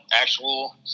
actual